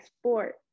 sport